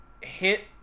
hit